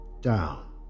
down